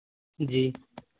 जी